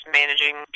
managing